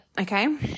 okay